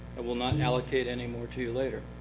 i will not allocate any more to you later.